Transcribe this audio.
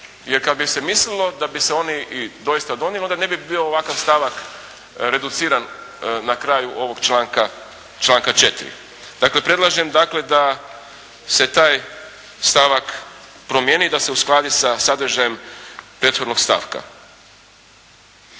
jer kad bi se mislilo da bi se oni i doista donijeli onda ne bi bio ovakav stavak reduciran na kraju ovog članka 4. Dakle, predlažem dakle da se taj stavak promijeni i da se uskladi sa sadržajem prethodnog stavka.